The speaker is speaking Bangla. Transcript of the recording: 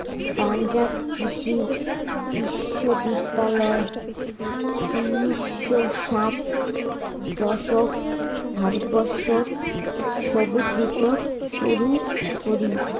পাঞ্জাব কৃষি বিশ্ববিদ্যালয় উনিশশো ষাট দশকত ভারতবর্ষত সবুজ বিপ্লব শুরু করি